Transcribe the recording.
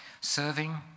Serving